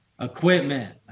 equipment